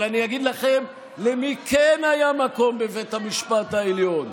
אבל אני אגיד לכם למי כן היה מקום בבית המשפט העליון.